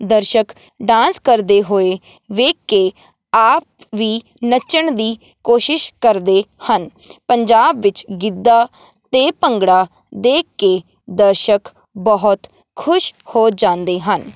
ਦਰਸ਼ਕ ਡਾਂਸ ਕਰਦੇ ਹੋਏ ਵੇਖ ਕੇ ਆਪ ਵੀ ਨੱਚਣ ਦੀ ਕੋਸ਼ਿਸ਼ ਕਰਦੇ ਹਨ ਪੰਜਾਬ ਵਿੱਚ ਗਿੱਧਾ ਅਤੇ ਭੰਗੜਾ ਦੇਖ ਕੇ ਦਰਸ਼ਕ ਬਹੁਤ ਖੁਸ਼ ਹੋ ਜਾਂਦੇ ਹਨ